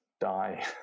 die